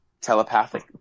Telepathic